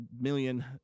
million